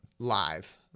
Live